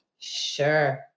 Sure